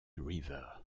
river